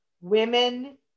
women